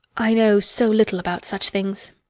i know so little about such things!